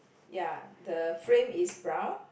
ya the frame is brown